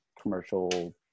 commercial